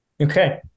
Okay